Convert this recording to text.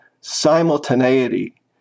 simultaneity